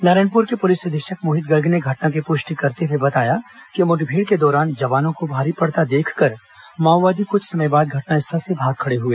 नारायणपुर के पुलिस अधीक्षक मोहित गर्ग ने घटना की पुष्टि करते हुए बताया कि मुठभेड़ के दौरान जवानों को भारी पड़ता देखकर माओवादी कुछ समय बाद घटनास्थल से भाग खड़े हुए